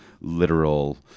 literal